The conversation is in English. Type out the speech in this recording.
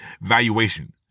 valuation